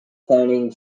planning